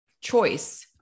choice